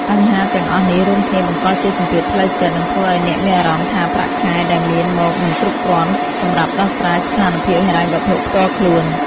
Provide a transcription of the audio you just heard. បញ្ហាទាំងអស់នេះ រួមគ្នាបង្កជាសម្ពាធផ្លូវចិត្ត និងធ្វើឲ្យអ្នកមានអារម្មណ៍ថាប្រាក់ខែដែលបានមកមិនគ្រប់គ្រាន់សម្រាប់ដោះស្រាយស្ថានភាពហិរញ្ញវត្ថុផ្ទាល់ខ្លួន។